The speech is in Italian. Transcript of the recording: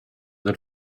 del